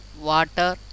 water